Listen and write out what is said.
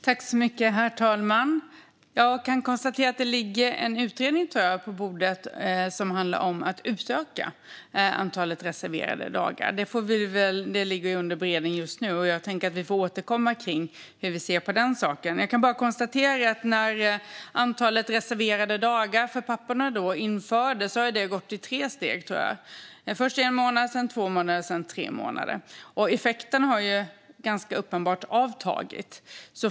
Herr talman! Jag kan konstatera att det ligger en utredning klar på bordet. Den handlar om att utöka antalet reserverade dagar. Det är under beredning just nu. Jag tänker att vi får återkomma om hur vi ser på den saken. Jag kan bara konstatera att när antalet reserverade dagar för papporna infördes gick det i tre steg, tror jag. Det var först en månad, sedan två månader och sedan tre månader. Effekterna har ganska uppenbart avtagit.